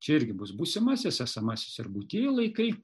čia irgi bus būsimasis esamasis ir būtieji laikai